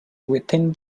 within